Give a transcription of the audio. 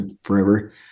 forever